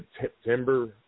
September